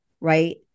right